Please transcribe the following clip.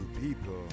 people